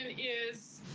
ah is,